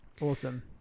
Awesome